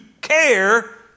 care